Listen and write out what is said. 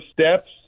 steps